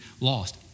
lost